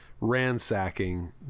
ransacking